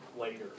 later